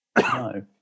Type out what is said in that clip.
No